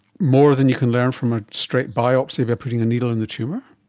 more than you can learn from a straight biopsy by putting the needle in the tumour?